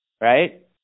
Right